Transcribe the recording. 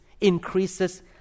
increases